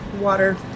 water